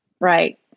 Right